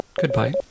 Goodbye